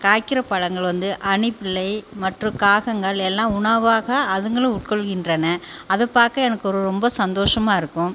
காய்க்கிற பழங்கள் வந்து அணில் பிள்ளை மற்றும் காகங்கள் எல்லாம் உணவாக அதுங்களும் உட்கொள்கின்றன அதை பார்க்க எனக்கு ரொம்ப சந்தோஷமா இருக்கும்